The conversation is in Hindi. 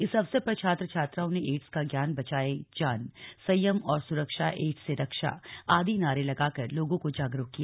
इस अवसर पर छात्र छात्राओं ने एड्स का ज्ञान बचाए जान संयम और सुरक्षा एड्स से रक्षा आदि नारे लगाकर लोगों को जागरूक किया